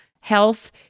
health